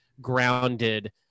grounded